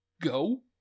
go